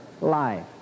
life